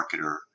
marketer